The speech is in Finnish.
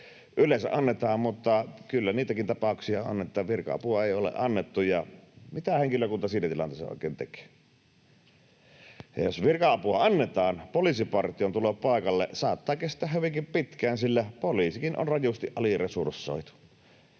Yleensä annetaan, mutta kyllä niitäkin tapauksia on, että virka-apua ei ole annettu, ja mitä henkilökunta siinä tilanteessa oikein tekee? Ja jos virka-apua annetaan, poliisipartion tulo paikalle saattaa kestää hyvinkin pitkään, sillä poliisikin on rajusti aliresursoitu,